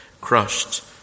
crushed